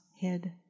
head